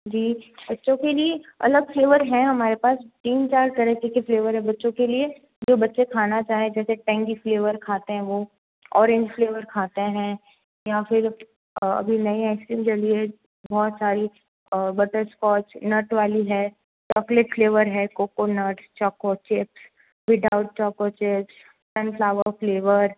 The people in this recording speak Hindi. जी बच्चों के लिए अलग फ्लेवर है हमारे पास तीन चार तरीके के फ्लेवर हैं बच्चों के लिए जो बच्चे खाना चाहे जैसे टेंगी फ्लेवर खाते हैं वो ऑरेंज फ्लेवर खाते हैं या फिर अभी नई आइसक्रीम चल रही है बहुत सारी बटरस्कॉच नट वाली है चॉकलेट फ्लेवर है coconut choco chips without choco chips sunflower flavour